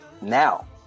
now